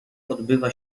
odbywa